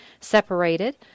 separated